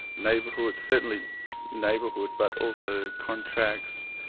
neighbourhood, certainly neighbourhood but also contracts,